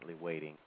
waiting